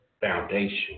foundation